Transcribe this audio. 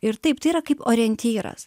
ir taip tai yra kaip orientyras